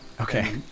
Okay